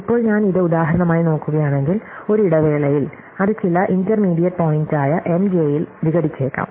ഇപ്പോൾ ഞാൻ ഇത് ഉദാഹരണമായി നോക്കുകയാണെങ്കിൽ ഒരു ഇടവേളയിൽ അത് ചില ഇന്റർമീഡിയറ്റ് പോയിന്റായ M j യിൽ വിഘടിച്ചേക്കാം